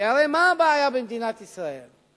כי הרי, מה הבעיה במדינת ישראל?